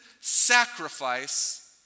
sacrifice